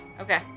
Okay